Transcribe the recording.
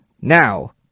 Now